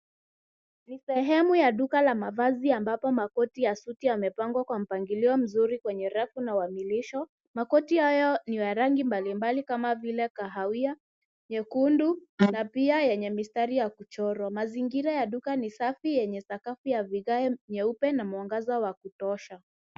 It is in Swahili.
Ni sehemu ya duka la mavazi ambapo makoti ya suti yamepangwa kwa mpangilio mzuri kwenye rafu na uamilisho . Makoti hayo ni ya rangi mbalimbali kama vile kahawia, nyekundu, na pia yenye mistari ya kuchorwa. Mazingira ya duka ni safi yenye sakafu ya vigae nyeupe na mwangaza wa kutosha.